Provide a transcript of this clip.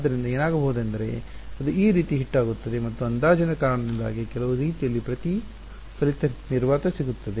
ಆದ್ದರಿಂದ ಏನಾಗಬಹುದು ಎಂದರೆ ಇದು ಈ ರೀತಿ ಹಿಟ್ ಆಗುತ್ತದೆ ಮತ್ತು ಅಂದಾಜಿನ ಕಾರಣದಿಂದಾಗಿ ಕೆಲವು ರೀತಿಯಲ್ಲಿ ಪ್ರತಿಫಲಿತ ನಿರ್ವಾತ ಸಿಗುತ್ತದೆ